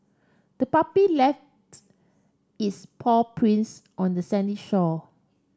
the puppy lefts its paw prints on the sandy shore